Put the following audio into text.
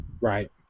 Right